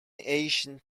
ancient